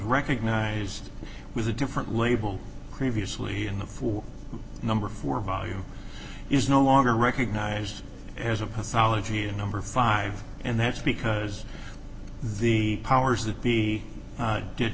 recognized was a different label previously in the form number for value is no longer recognized as a pathology number five and that's because the powers that be